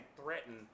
threaten